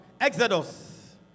Exodus